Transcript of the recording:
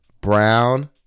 Brown